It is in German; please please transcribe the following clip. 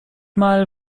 mal